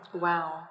Wow